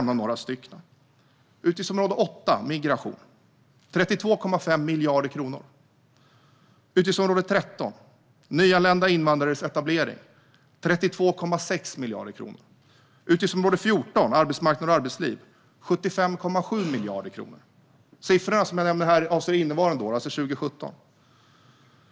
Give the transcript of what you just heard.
Några av dessa är utgiftsområde 8 Migration: 32,5 miljarder kronor utgiftsområde 13 Jämställdhet och nyanlända invandrares etablering: 32,6 miljarder kronor utgiftsområde 14 Arbetsmarknad och arbetsliv: 75,7 miljarder kronor. Siffrorna jag nämner här avser innevarande år, alltså 2017.